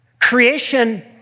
Creation